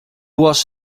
was